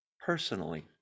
personally